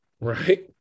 Right